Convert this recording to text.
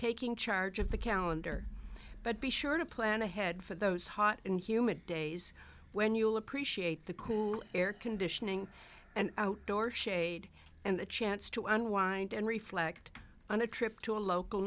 taking charge of the calendar but be sure to plan ahead for those hot and humid days when you will appreciate the cool air conditioning and outdoor shade and a chance to unwind and reflect on a trip to a local